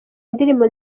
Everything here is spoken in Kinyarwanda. indirimbo